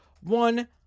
one